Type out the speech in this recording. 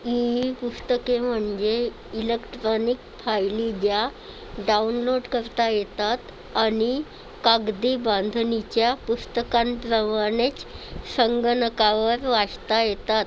E पुस्तके म्हणजे electronic फायली ज्या डाऊनलोड करता येतात आणि कागदी बांधणीच्या पुस्तकांप्रमाणेच संगणकावर वाचता येतात